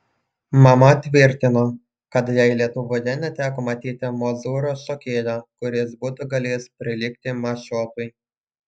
mama tvirtino kad jai lietuvoje neteko matyti mozūro šokėjo kuris būtų galėjęs prilygti mašiotui